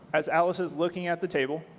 as alice is looking at the table,